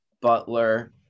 Butler